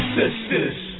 sisters